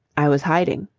i was hiding.